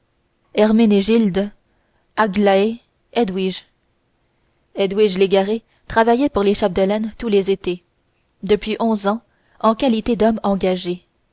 herménégilde aglaé edwidge edwige légaré travaillait pour les chapdelaine tous les étés depuis onze ans en qualité d'homme engagé